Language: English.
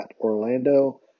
Orlando